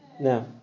Now